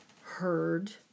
heard